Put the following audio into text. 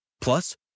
Plus